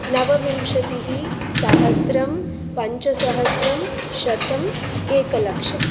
नवविंशतिः सहस्रम् पञ्चसहस्रम् शतम् एकलक्षम्